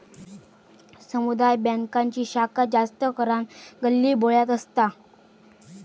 समुदाय बॅन्कांची शाखा जास्त करान गल्लीबोळ्यात असता